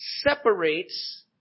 separates